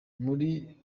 buri